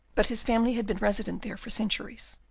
but his family had been resident there for centuries.